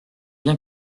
bien